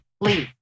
Leave